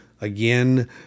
again